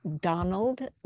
Donald